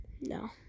No